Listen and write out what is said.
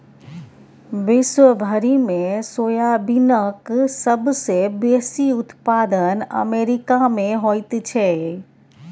विश्व भरिमे सोयाबीनक सबसे बेसी उत्पादन अमेरिकामे होइत छै